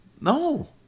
No